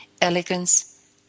elegance